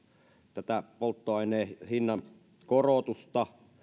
tätä polttoaineen hinnan korotusta